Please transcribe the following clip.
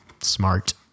smart